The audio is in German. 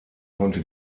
konnte